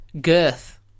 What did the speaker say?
Girth